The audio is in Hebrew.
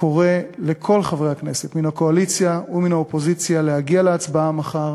קורא לכל חברי הכנסת מן הקואליציה ומן האופוזיציה להגיע להצבעה מחר